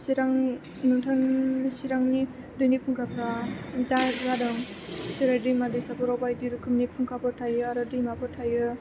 चिरांनि दैनि फुंखाफ्रा दा जादों जेरै दैमा दैसाफोराव बायदि रोखोमनि फुंखाफोर थायो आरो दैमाफोर थायो